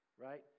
Right